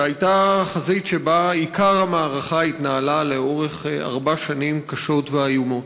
שהייתה החזית שבה עיקר המערכה התנהלה לאורך ארבע שנים קשות ואיומות.